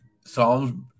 Psalms